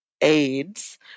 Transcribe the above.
AIDS